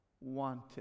wanted